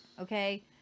Okay